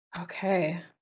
Okay